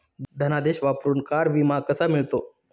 धनादेश वापरून कार विमा कसा मिळतो?